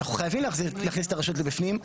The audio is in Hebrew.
אנחנו חייבים להכניס את הרשות בפנים.